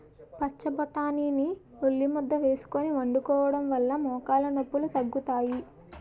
పచ్చబొటాని ని ఉల్లిముద్ద వేసుకొని వండుకోవడం వలన మోకాలు నొప్పిలు తగ్గుతాయి